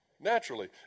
naturally